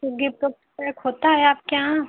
तो गिफ्ट ओफ्ट पैक होता है आपके यहाँ